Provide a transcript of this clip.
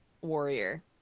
warrior